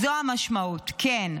זו המשמעות, כן.